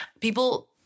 people